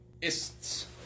ists